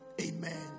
amen